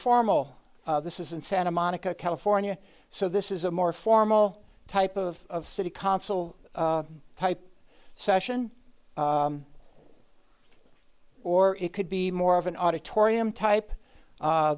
formal this is in santa monica california so this is a more formal type of city council type session or it could be more of an auditorium type